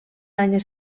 einer